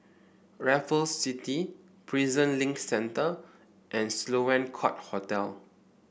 Raffles City Prison Link Centre and Sloane Court Hotel